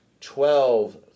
Twelve